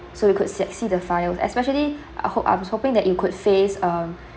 so we could set see the fireworks especially I hope I was hoping that it could face um